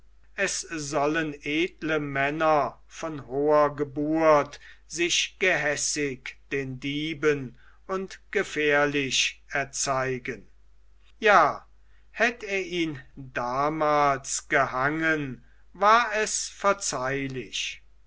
es sollen edle männer von hoher geburt sich gehässig den dieben und gefährlich erzeigen ja hätt er ihn damals gehangen war es verzeihlich